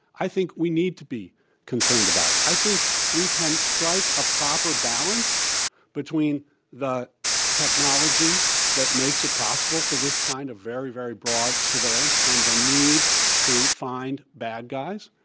i think we need to be concerned about it. i think we can strike a proper balance between the technology that makes it possible for this kind of very, very broad surveillance and the need to find bad guys.